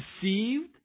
deceived